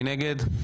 מי נגד?